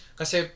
kasi